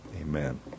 amen